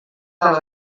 des